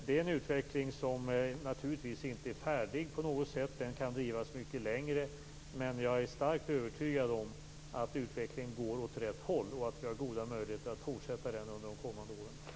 Det är en utveckling som naturligtvis inte är färdig på något sätt. Den kan drivas mycket längre. Jag är starkt övertygad om att utvecklingen går åt rätt håll och att vi har goda möjligheter att fortsätta den under de kommande åren.